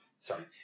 sorry